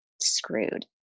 screwed